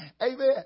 Amen